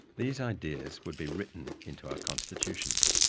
these ideas would be written into our constitutions,